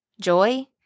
joy